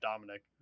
Dominic